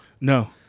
No